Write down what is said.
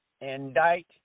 indict